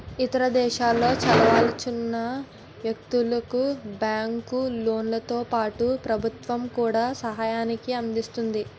ఇతర దేశాల్లో చదవదలుచుకున్న వ్యక్తులకు బ్యాంకు లోన్లతో పాటుగా ప్రభుత్వం కూడా సహాయాన్ని అందిస్తుంది